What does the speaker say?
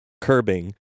curbing